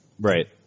Right